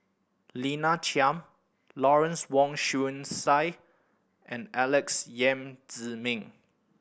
Lina Chiam Lawrence Wong Shyun Tsai and Alex Yam Ziming